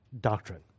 doctrine